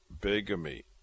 bigamy